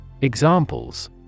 Examples